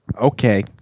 okay